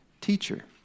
teacher